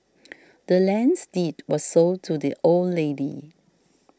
the land's deed was sold to the old lady